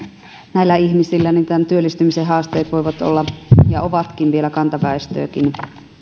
näillä ihmisillä työllistymisen haasteet voivat olla ja ovatkin vielä kantaväestöäkin